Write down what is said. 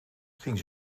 ging